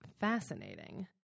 fascinating